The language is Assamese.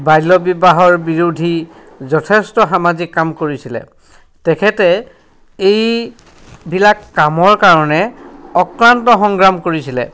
বাল্যবিবাহৰ বিৰোধী যথেষ্ট সামাজিক কাম কৰিছিলে তেখেতে এইবিলাক কামৰ কাৰণে অক্ৰান্ত সংগ্ৰাম কৰিছিলে